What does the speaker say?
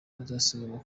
bazasiganwa